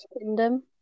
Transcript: Kingdom